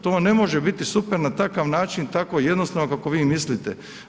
To vam ne može biti super na takav način, tako jednostavno kako vi mislite.